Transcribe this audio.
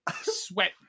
Sweat